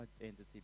identity